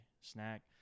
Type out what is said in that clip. snack